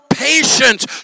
patience